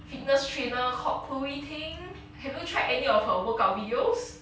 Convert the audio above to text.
fitness trainer called chloe ting have you tried any of her workout videos